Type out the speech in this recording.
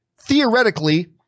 Theoretically